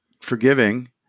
forgiving